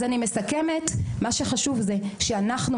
אני מסכמת: מה שחשוב זה שאנחנו,